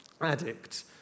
addict